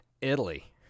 Italy